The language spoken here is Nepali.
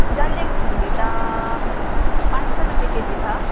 डल्ले खोर्सानी त पाँच सौ रुपियाँ केजी छ